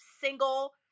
single